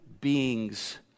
beings